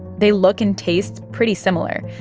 they look and taste pretty similar,